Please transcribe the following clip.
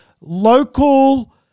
local